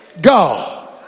God